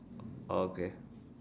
okay